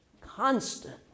constant